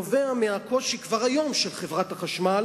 נובע מהקושי של חברת החשמל